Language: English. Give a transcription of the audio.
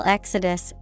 Exodus